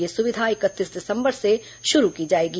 यह सुविधा इकतीस दिसंबर से शुरू की जाएगी